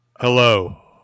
Hello